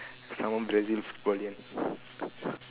someone playing football here